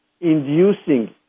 inducing